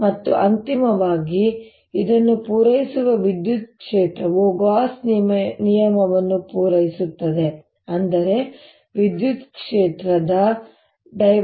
ಮತ್ತು ಅಂತಿಮವಾಗಿ ದನ್ನು ಪೂರೈಸುವ ವಿದ್ಯುತ್ ಕ್ಷೇತ್ರವು ಗಾಸ್ ನಿಯಮವನ್ನು ಪೂರೈಸುತ್ತದೆ ಅಂದರೆ ವಿದ್ಯುತ್ ಕ್ಷೇತ್ರದ ▽